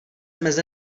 meze